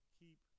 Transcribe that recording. keep